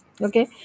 Okay